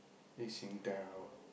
this Singtel